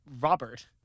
Robert